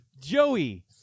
Joey